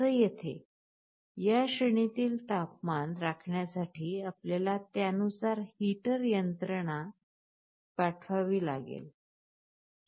जस येथे या श्रेणीतील तापमान राखण्यासाठी आपल्याला त्यानुसार हीटर नियंत्रण पाठवावे लागेल